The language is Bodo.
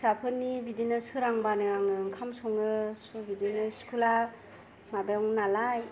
फिसाफोरनि बिदिनो सोरांबा आङो ओंखाम सङो सु बिदिनो स्कुला माबायावनो नालाय